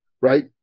right